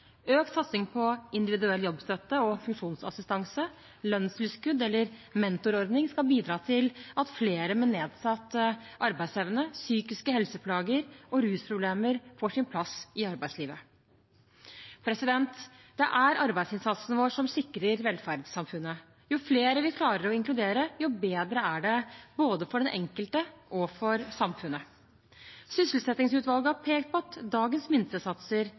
Økt satsing på individuell jobbstøtte og funksjonsassistanse, lønnstilskudd eller mentorordning skal bidra til at flere med nedsatt arbeidsevne, psykiske helseplager og rusproblemer får sin plass i arbeidslivet. Det er arbeidsinnsatsen vår som sikrer velferdssamfunnet. Jo flere vi klarer å inkludere, jo bedre er det både for den enkelte og for samfunnet. Sysselsettingsutvalget har pekt på at dagens minstesatser